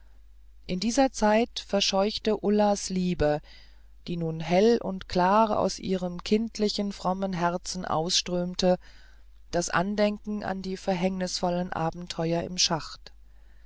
in dieser zeit verscheuchte ullas liebe die nun hell und klar aus ihrem kindlichen frommen herzen ausströmte das andenken an die verhängnisvollen abenteuer im schacht